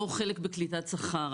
או חלק בקליטת שכר.